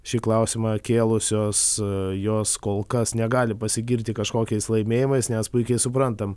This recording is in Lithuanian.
šį klausimą kėlusios jos kol kas negali pasigirti kažkokiais laimėjimais nes puikiai suprantam